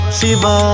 Shiva